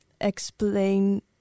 explain